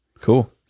Cool